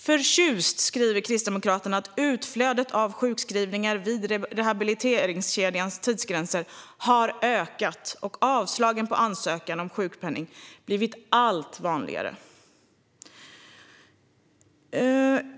Man skriver förtjust att utflödet av sjukskrivningar vid rehabiliteringskedjans tidsgränser har ökat och att avslagen på ansökan om sjukpenning blivit allt vanligare.